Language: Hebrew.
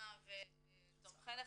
לחימה ותומך לחימה,